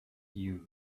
you